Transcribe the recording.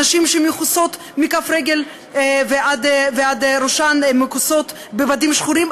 נשים שמכוסות מכף רגלן ועד ראשן בבדים שחורים,